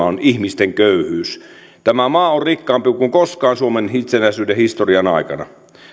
on ihmisten köyhyys tämä maa on rikkaampi kuin koskaan suomen itsenäisyyden historian aikana